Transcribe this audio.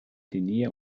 tenía